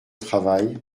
travail